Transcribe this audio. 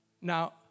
Now